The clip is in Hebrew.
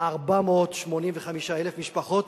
485,000 משפחות,